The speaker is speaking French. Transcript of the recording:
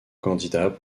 candidat